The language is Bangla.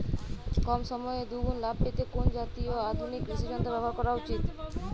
কম সময়ে দুগুন লাভ পেতে কোন জাতীয় আধুনিক কৃষি যন্ত্র ব্যবহার করা উচিৎ?